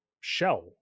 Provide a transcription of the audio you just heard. shell